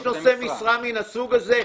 יש נושא משרה מ הסוג הזה,